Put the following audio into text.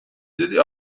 دیدی